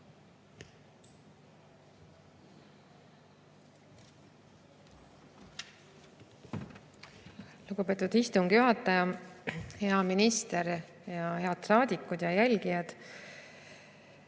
Lugupeetud istungi juhataja! Hea minister ja head saadikud ja jälgijad!